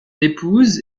épouse